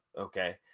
Okay